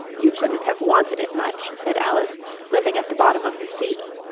you couldn't have wanted it much said alice living at the bottom of the sea